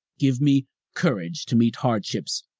give me courage to meet hardships.